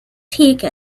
take